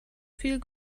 viel